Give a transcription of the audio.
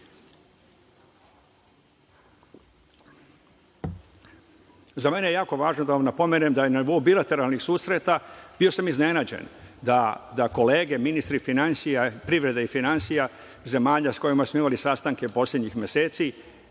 mene je jako važno da vam napomenem da sam na nivou bilateralnih susreta bio iznenađen da kolege ministri privrede i finansija zemalja sa kojima smo imali sastanke poslednjih meseci